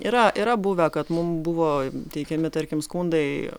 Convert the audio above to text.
yra yra buvę kad mum buvo teikiami tarkim skundai